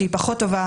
שהיא פחות טובה,